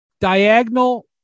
diagonal